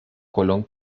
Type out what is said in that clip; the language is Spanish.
colón